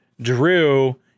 Drew